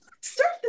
start